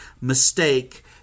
mistake